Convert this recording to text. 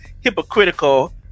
hypocritical